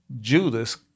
Judas